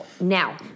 Now